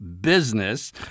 business